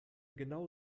genau